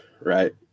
right